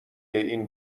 این